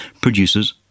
produces